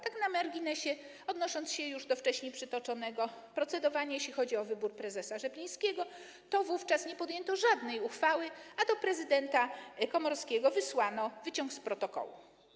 Tak na marginesie, odnosząc się do wcześniej przytoczonego procedowania, jeśli chodzi o wybór prezesa Rzeplińskiego, to wówczas nie podjęto żadnej uchwały, a do prezydenta Komorowskiego wysłano wyciąg z protokołu.